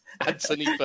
Anthony